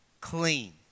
Clean